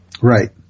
Right